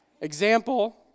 Example